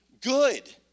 good